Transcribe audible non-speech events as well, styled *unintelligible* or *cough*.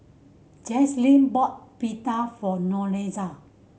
*unintelligible* bought Pita for Lorenza